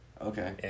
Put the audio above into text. Okay